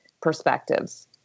perspectives